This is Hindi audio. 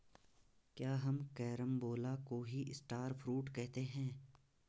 क्या हम कैरम्बोला को ही स्टार फ्रूट कहते हैं?